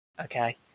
Okay